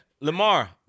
Lamar